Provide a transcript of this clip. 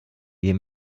ihr